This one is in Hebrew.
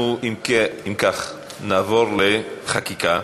אנחנו נעבור לחקיקה.